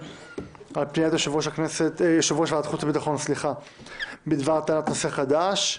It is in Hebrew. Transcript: על פניית יושב-ראש ועדת החוץ והביטחון בדבר טענת נושא חדש.